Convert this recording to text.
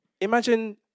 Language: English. imagine